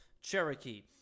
Cherokee